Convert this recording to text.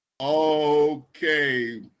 okay